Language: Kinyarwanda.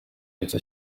yahise